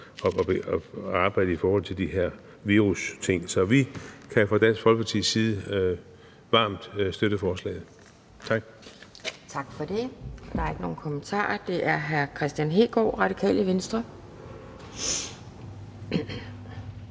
at arbejde i forhold til de her virusting, så vi kan fra Dansk Folkepartis side varmt støtte forslaget. Tak.